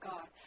God